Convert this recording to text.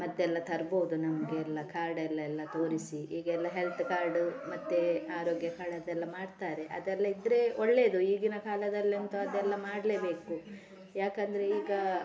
ಮತ್ತೆಲ್ಲ ತರ್ಬೋದು ನಮಗೆಲ್ಲ ಕಾರ್ಡಲ್ಲೆಲ್ಲ ತೋರಿಸಿ ಈಗೆಲ್ಲ ಹೆಲ್ತ್ ಕಾರ್ಡು ಮತ್ತೆ ಆರೋಗ್ಯ ಕಾರ್ಡ್ ಅದೆಲ್ಲ ಮಾಡ್ತಾರೆ ಅದೆಲ್ಲ ಇದ್ದರೆ ಒಳ್ಳೆದು ಈಗಿನ ಕಾಲದಲ್ಲಂತೂ ಅದೆಲ್ಲ ಮಾಡಲೇಬೇಕು ಯಾಕೆಂದ್ರೆ ಈಗ